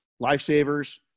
lifesavers